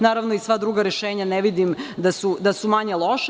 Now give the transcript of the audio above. Naravno, i sva druga rešenja ne vidim da su manje loša.